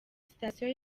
sitasiyo